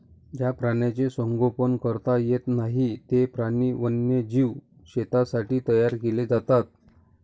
ज्या प्राण्यांचे संगोपन करता येत नाही, ते प्राणी वन्यजीव शेतीसाठी तयार केले जातात